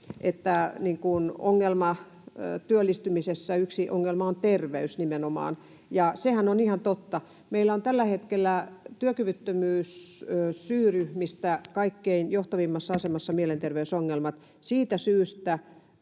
että työllistymisessä yksi ongelma on terveys nimenomaan, mikä on ihan totta. Meillä on tällä hetkellä työkyvyttömyyssyyryhmistä kaikkein johtavimmassa asemassa mielenterveysongelmat. Siitä syystä